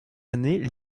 années